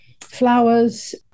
flowers